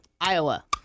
Iowa